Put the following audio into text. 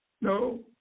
No